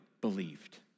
believed